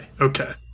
Okay